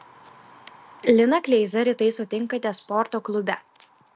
liną kleizą rytais sutinkate sporto klube